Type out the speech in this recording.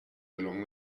along